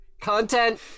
content